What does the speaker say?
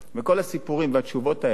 וכל הסיפורים והתשובות האלה,